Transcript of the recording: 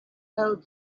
held